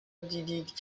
دیدید